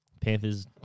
Panthers